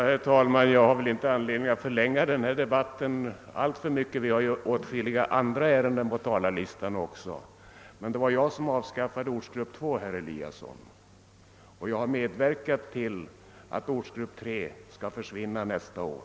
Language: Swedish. Herr talman! Jag har väl inte anledning att förlänga denna debatt alltför mycket; vi har ju åtskilliga andra ärenden på föredragningslistan. Det var emellertid jag som avskaffade ortsgrupp 2, herr Eliasson, och jag har medverkat till att ortsgrupp 3 skall försvinna nästa år.